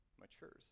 matures